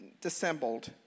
dissembled